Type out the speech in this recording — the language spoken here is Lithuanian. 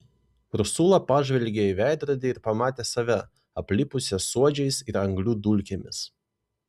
ursula pažvelgė į veidrodį ir pamatė save aplipusią suodžiais ir anglių dulkėmis